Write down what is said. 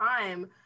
time